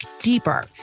deeper